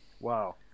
Wow